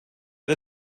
the